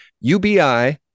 UBI